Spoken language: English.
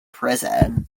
prison